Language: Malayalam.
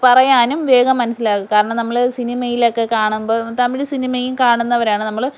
പറയാനും വേഗം മനസിലാവും കാരണം നമ്മൾ സിനിമേൽ ഒക്കെ കാണുമ്പം തമിഴ് സിനിമയും കാണുന്നവരാണ് നമ്മൾ